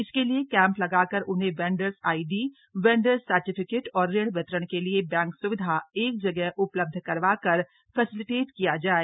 इसके लिए कैंप लगाकर उन्हें वेंडर्स आईडी वेंडर्स सर्टिफिकेट और ऋण वितरण के लिए बैंक स्विधा एक जगह उपलब्ध करवा कर फैसिलिटेट किया जाए